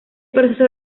proceso